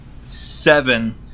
seven